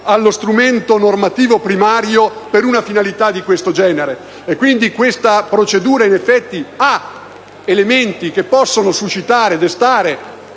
allo strumento normativo primario per una finalità di questo genere. Quindi, tale procedura denota in effetti elementi che possono destare